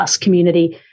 community